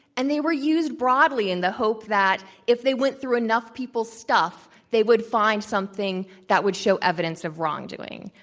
and they were used broadly in the hope that if they went through enough people's stuff, they would find something that would show evidence of wrongdoing.